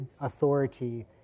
authority